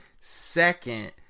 Second